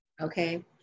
okay